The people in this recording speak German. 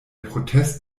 protest